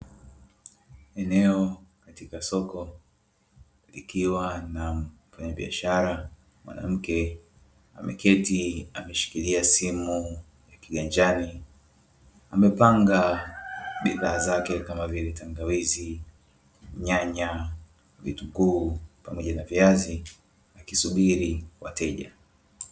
Eneo katika soko ikiwa na biashara mwanamke ameketi ameshikilia simu kiganjani amepanga bidhaa zake kama vile tangawizi, nyanya ,vitunguu pamoja na viazi akisubiri wateja.